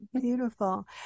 Beautiful